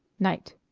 night